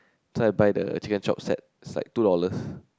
try to buy the chicken chop set is like two dollars